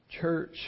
Church